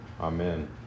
Amen